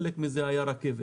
חלק מזה היה רכבת.